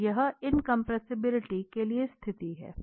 तो यह इनकंप्रेसिवबिल्टी के लिए स्थिति है